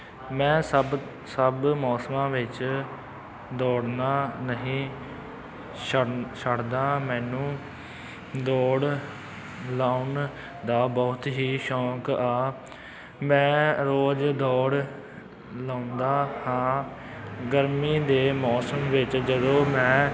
ਮੈਂ ਸਭ ਸਭ ਮੌਸਮਾਂ ਵਿੱਚ ਦੌੜਨਾ ਨਹੀਂ ਛੱਡ ਛੱਡਦਾ ਮੈਨੂੰ ਦੌੜ ਲਾਉਣ ਦਾ ਬਹੁਤ ਹੀ ਸ਼ੌਂਕ ਆ ਮੈਂ ਰੋਜ਼ ਦੌੜ ਲਾਉਂਦਾ ਹਾਂ ਗਰਮੀ ਦੇ ਮੌਸਮ ਵਿੱਚ ਜਦੋਂ ਮੈਂ